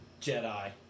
Jedi